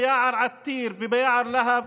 ביער יתיר וביער להב,